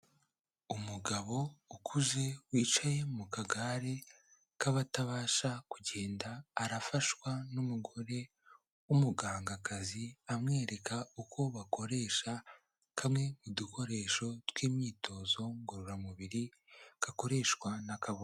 Umugabo ukuze wicaye mu kagare k'abatabasha kugenda, arafashwa n'umugore w'umugangakazi amwereka uko bakoresha, kamwe mu dukoresho tw'imyitozo ngororamubiri gakoreshwa n'akaboko.